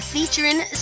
Featuring